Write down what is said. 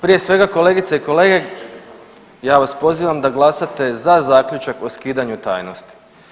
Prije svega kolegice i kolege ja vas pozivam da glasate za zaključak o skidanju tajnosti.